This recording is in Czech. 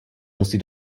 musí